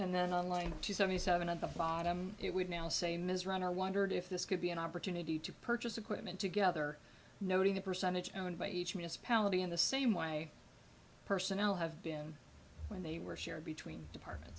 and then online seventy seven at the bottom it would now say ms run i wondered if this could be an opportunity to purchase equipment together noting the percentage owned by each municipality in the same way personnel have been when they were shared between department